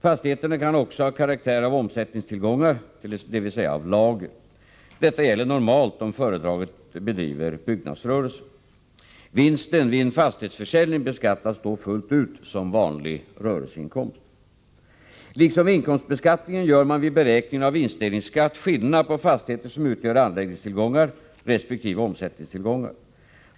Fastigheterna kan också ha karaktär av omsättningstillgångar, dvs. av lager. Detta gäller normalt om företaget bedriver byggnadsrörelse. Vinsten vid en fastighetsförsäljning beskattas då fullt ut som vanlig rörelseinkomst. Liksom vid inkomstbeskattningen gör man vid beräkningen av vinstdelningsskatt skillnad på fastigheter som utgör anläggningstillgångar resp. omsättningstillgångar.